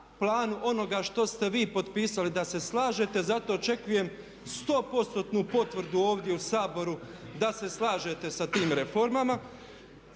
planu onoga što ste vi potpisali da se slažete. Zato očekujem 100%-nu potvrdu ovdje u Saboru da se slažete sa tim reformama.